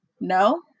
no